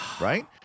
right